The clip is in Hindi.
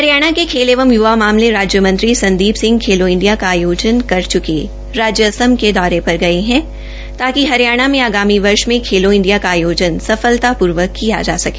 हरियाणा के खेल एकव य्वा मामले राज्य मंत्री श्री संदीप सिंह खेलो इंडिया का आयोजन कर चुके असम राज्य के दौरे पर गये है ताकि हरियाणा में आगामी वर्ष खेलो इंडिया का कार्यक्रम का आयोजन सफलतापूर्वक किया जा सके